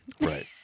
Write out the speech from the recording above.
Right